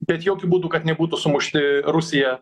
bet jokiu būdu kad nebūtų sumušti rusija